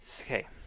Okay